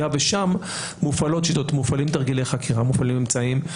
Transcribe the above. ושם מופעלות שיטות ומופעלים תרגילי חקירה ואמצעים.